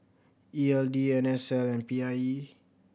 E L D N S L and P I E